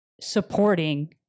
supporting